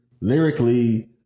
lyrically